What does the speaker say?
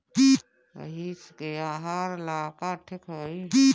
भइस के आहार ला का ठिक होई?